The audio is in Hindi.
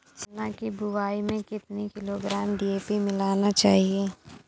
चना की बुवाई में कितनी किलोग्राम डी.ए.पी मिलाना चाहिए?